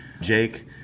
Jake